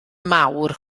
mawr